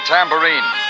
Tambourine